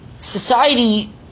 Society